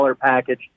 package